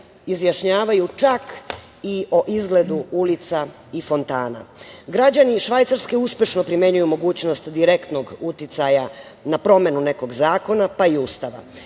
izjašnjavaju, čak i o izgledu ulica i fontana. Građani Švajcarske uspešno primenjuju mogućnost direktnog uticaja na promenu nekog zakona, pa i Ustava.